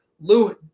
Lou